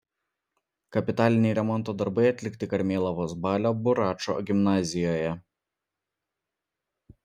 kapitaliniai remonto darbai atlikti karmėlavos balio buračo gimnazijoje